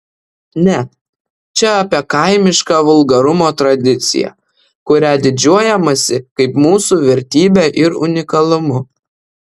ne čia apie kaimišką vulgarumo tradiciją kuria didžiuojamasi kaip mūsų vertybe ir unikalumu